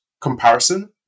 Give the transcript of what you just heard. comparison